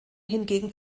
hingegen